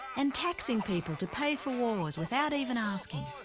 and taxing people to pay for wars without even asking.